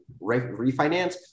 refinance